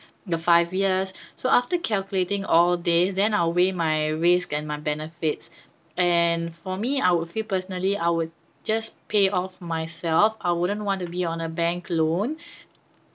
the five years so after calculating all these then I'll weigh my risk and my benefits and for me I would feel personally I would just pay off myself I wouldn't want to be on a bank loan